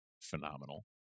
phenomenal